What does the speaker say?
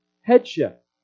headship